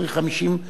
צריך 50 חברי כנסת.